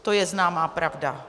To je známá pravda.